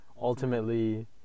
ultimately